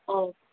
okay